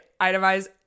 itemize